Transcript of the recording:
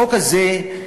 החוק הזה,